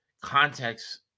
context